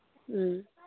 ꯎꯝ